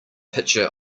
picture